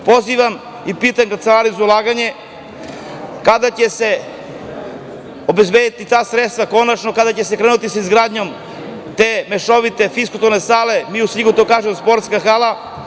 Pozivam i pitam Kancelariju za ulaganje kada će se obezbediti ta sredstva konačno, kada će se krenuti sa izgradnjom te mešovite fiskulturne sale, a mi u Svrljigu to kažemo sportska hala?